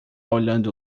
olhando